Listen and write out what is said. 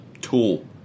Tool